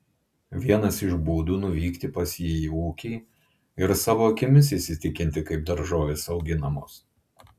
vienas iš būdų nuvykti pas jį į ūkį ir savo akimis įsitikinti kaip daržovės auginamos